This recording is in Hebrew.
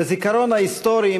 בזיכרון ההיסטורי,